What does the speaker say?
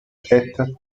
tête